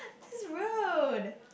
that's rude